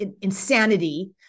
insanity